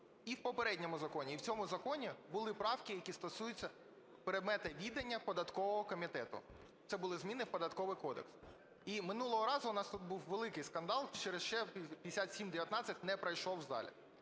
І в попередньому законі, і в цьому законі були правки, які стосуються предмету відання податкового комітету, це були зміни в Податковий кодекс. І минулого разу у нас тут був великий скандал, через що 5719 не пройшов в залі.